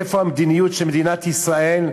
איפה המדיניות של מדינת ישראל?